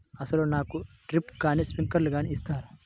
అసలు నాకు డ్రిప్లు కానీ స్ప్రింక్లర్ కానీ ఇస్తారా?